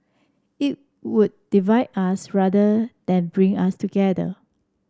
it would divide us rather than bring us together